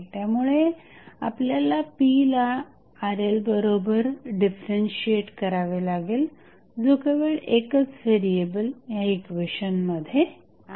त्यामुळे आपल्याला p ला RLबरोबर डिफरन्शिएट करावे लागेल जो केवळ एकच व्हेरिएबल ह्या इक्वेशनमध्ये आहे